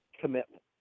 commitment